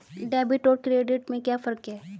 Debit और credit में क्या फर्क है?